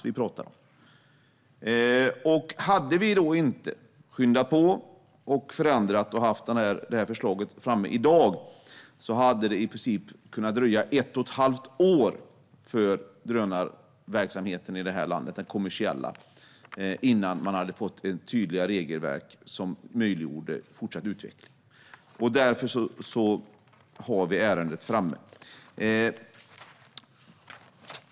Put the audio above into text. Kameraövervaknings-lagen och möjlighet erna att använda drönare Om vi inte hade skyndat på och förändrat förslaget och haft det framme i dag hade det i princip kunnat dröja ett och ett halvt år innan den kommersiella drönarverksamheten i landet hade fått tydliga regelverk som möjliggör fortsatt utveckling.